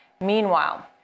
Meanwhile